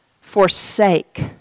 forsake